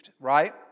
right